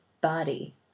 body